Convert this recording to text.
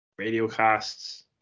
RadioCasts